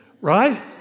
right